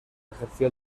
ejerció